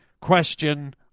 question